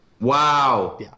Wow